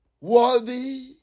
worthy